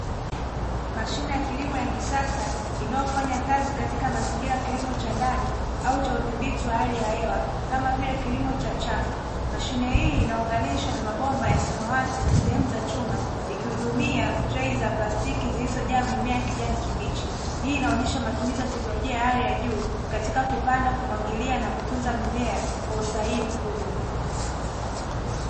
Mashine ya kilimo ya kisasa, inayofanya kazi katika mazingira ya kilimo cha ndani au cha udhibiti wa hali ya hewa, kama vile kilimo cha chafu. Mashine hii inaunganishwa na mabomba ya samawati na sehemu za chuma, ikihudumia trei za plastiki zilizojaa mimea kijani kibichi. Hii inaonyesha matumizi ya hali ya juu katika kupanda, kumwagilia na kutunza mimea kwa usahihi mkubwa.